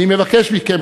אני מבקש מכם,